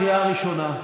קריאה ראשונה.